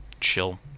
chill